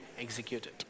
executed